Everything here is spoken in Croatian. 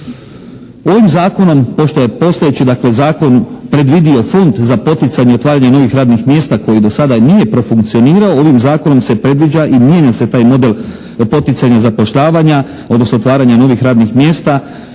Ovim zakonom pošto je postojeći dakle zakon, predvidio Fond za poticanje otvaranja novih radnih mjesta koji do sada i nije profunkcionirao, ovim zakonom se predviđa i mijenja se taj model poticanja zapošljavanja, odnosno otvaranja novih radnih mjesta